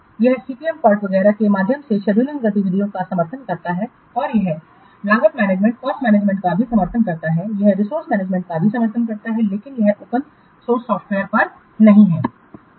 यह CPM PERT वगैरह के माध्यम से शेड्यूलिंग गतिविधियों का समर्थन करता है और यह लागत मैनेजमेंट का भी समर्थन करता है यह रिसोर्स मैनेजमेंट का भी समर्थन करता है लेकिन यह ओपन सोर्स सॉफ़्टवेयर पर नहीं है